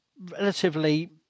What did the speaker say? relatively